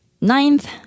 Ninth